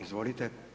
Izvolite.